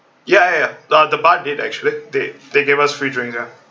ya ya ya the bar did actually they they give us free drinks ya